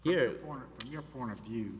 here or your point of view